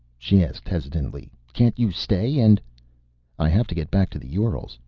she asked hesitantly. can't you stay and i have to get back to the urals.